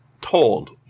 told